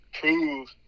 prove